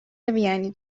وینی